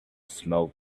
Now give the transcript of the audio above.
smoke